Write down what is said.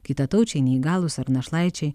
kitataučiai neįgalūs ar našlaičiai